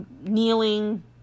kneeling